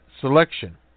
selection